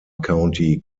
county